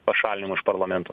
pašalinimu iš parlamento